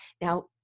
Now